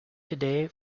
today